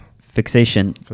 Fixation